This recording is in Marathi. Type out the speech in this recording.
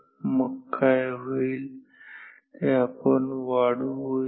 आणि मग काय होईल ते आपण वाढवू या